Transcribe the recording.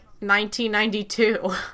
1992